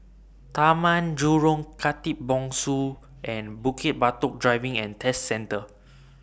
Taman Jurong Park Khatib Bongsu and Bukit Batok Driving and Test Centre